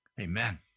Amen